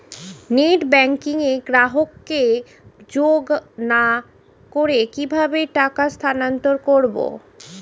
Net banking এ গ্রাহককে যোগ না করে কিভাবে টাকা স্থানান্তর করব?